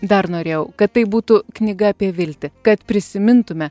dar norėjau kad tai būtų knyga apie viltį kad prisimintume